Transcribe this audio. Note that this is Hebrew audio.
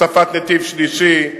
הוספת נתיב שלישי,